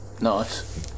nice